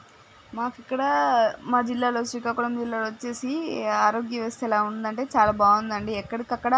మాకు ఇక్కడ మా జిల్లాలో శ్రీకాకుళం జిల్లాలో వచ్చేసి ఆరోగ్య వ్యవస్థ ఎలా ఉందంటే చాలా బాగుందండి ఎక్కడికి అక్కడ